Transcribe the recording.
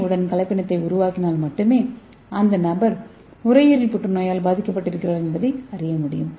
ஏ உடன் கலப்பினத்தை உருவாக்கினால் மட்டுமே அந்த நபர் நுரையீரல் புற்றுநோயால் பாதிக்கப் பட்டு இருக்கிறார் என்பதை அறிய முடியும்